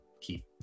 keep